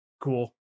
Cool